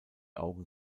augen